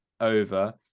over